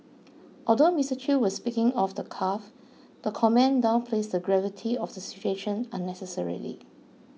although Mister Chew was speaking off the cuff the comment downplays the gravity of the situation unnecessarily